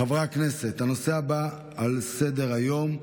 חברי הכנסת, הנושא הבא על סדר-היום: